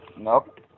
Nope